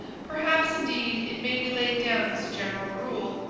perhaps, indeed, it may be laid down as a general rule,